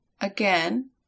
Again